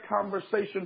conversation